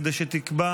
כדי שתקבע